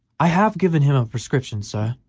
i have given him a prescription, sir,